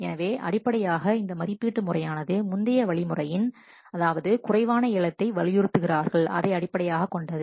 எனவே அடிப்படையாக இந்த மதிப்பீட்டு முறையானது முந்தைய வழிமுறையின் அதாவது யார் குறைவான ஏலத்தை வலியுறுத்துகிறார்கள் அதை அடிப்படையாகக் கொண்டது